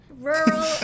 rural